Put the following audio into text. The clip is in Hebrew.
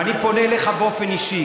ואני פונה אליך באופן אישי,